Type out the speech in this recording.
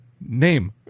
name